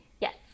Yes